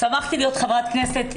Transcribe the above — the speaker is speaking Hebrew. צמחתי להיות חברת כנסת,